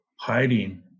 hiding